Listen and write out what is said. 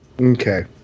Okay